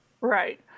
Right